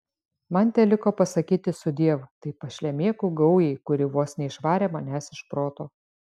man teliko pasakyti sudiev tai pašlemėkų gaujai kuri vos neišvarė manęs iš proto